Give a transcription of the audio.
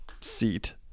seat